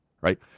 right